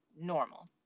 normal